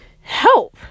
help